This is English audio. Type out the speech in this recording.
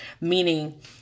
Meaning